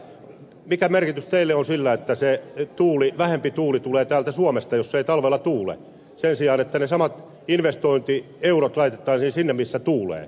mikä merkitys teille on sillä että se vähempi tuuli tulee täältä suomesta jos ei talvella tuule sen sijaan että ne samat investointieurot laitettaisiin sinne missä tuulee